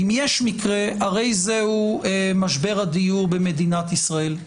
אם יש מקרה הרי זהו משבר הדיור במדינת ישראל.